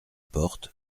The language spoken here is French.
porte